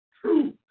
true